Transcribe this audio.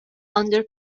under